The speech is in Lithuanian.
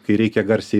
kai reikia garsiai